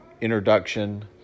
introduction